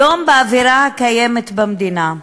היום, באווירה הקיימת במדינה,